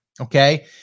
okay